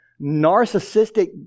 narcissistic